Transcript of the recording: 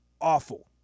awful